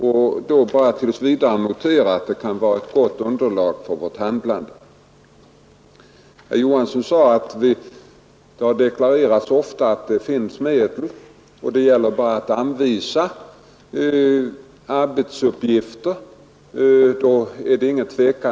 Jag noterar tills vidare att det kan vara ett gott underlag för vårt handlande. Herr Johansson sade att det ofta har deklarerats att medel finns och att det bara gäller att anvisa arbetsuppgifter.